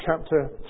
chapter